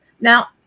Now